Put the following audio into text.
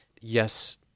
Yes